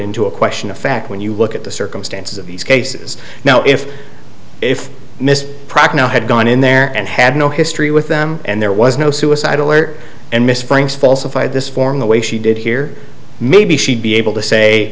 into a question of fact when you look at the circumstances of these cases now if if miss procmail had gone in there and had no history with them and there was no suicide alert and mr franks falsified this form the way she did here maybe she'd be able to say